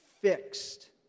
fixed